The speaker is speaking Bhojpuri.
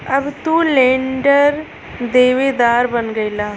अब तू लेंडर देवेदार बन गईला